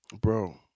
Bro